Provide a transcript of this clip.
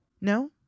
No